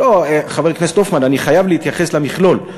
חבר הכנסת הופמן, אני חייב להתייחס למכלול.